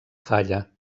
falla